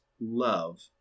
love